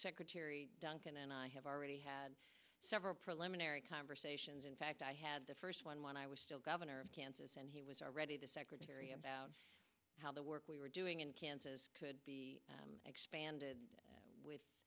secretary duncan and i have already had several preliminary conversations in fact i had the first one when i was still governor of kansas and he was already the secretary about how the work we were doing in kansas could be expanded with